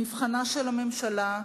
מבחנה של הממשלה,